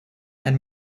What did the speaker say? and